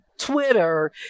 Twitter